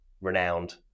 renowned